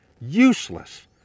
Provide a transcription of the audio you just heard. useless